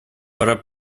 пора